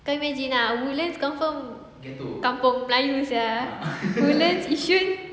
kau imagine ah woodlands confirm kampung melayu sia woodlands yishun